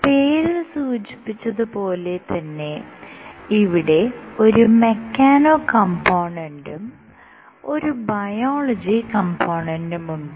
പേരിൽ സൂചിപ്പിച്ചത് പോലെ തന്നെ ഇവിടെ ഒരു മെക്കാനോ കംപോണനന്റും ഒരു ബയോളജി കംപോണനന്റുമുണ്ട്